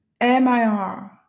MIR